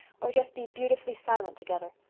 or just be beautifully silent together.